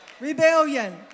Rebellion